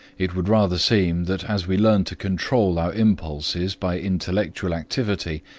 it would rather seem that as we learn to control our impulses by intellectual activity,